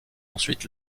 ensuite